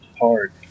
hard